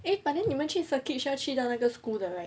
eh but then 你们去 circuit 需要去到 school the right